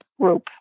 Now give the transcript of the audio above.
group